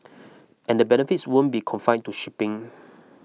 and the benefits wouldn't be confined to shipping